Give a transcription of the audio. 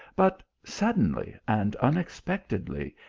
but suddenly and unexpect edly,